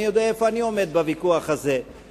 אני יודע איפה אני עומד בוויכוח הזה,